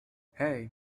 hey